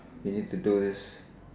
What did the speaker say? you need to do this